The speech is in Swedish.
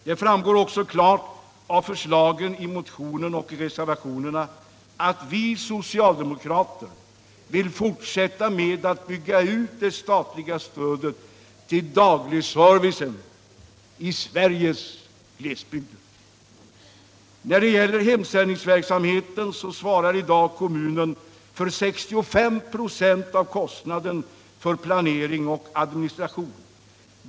Det framgår också klart av förslagen i motionen och i reservationerna att vi socialdemokrater vill fortsätta med att bygga ut det statliga stödet till dagligservicen i Sveriges glesbygder. När det gäller hemsändningsverksamheten svarar i dag kommunen för 65 96 av kostnaden för planering och administration.